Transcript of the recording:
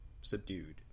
subdued